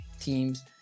teams